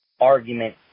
argument